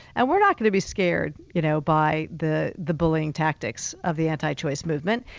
and we're not going to be scared you know by the the bullying tactics of the anti-choice movement.